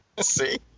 See